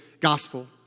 gospel